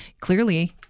clearly